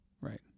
Right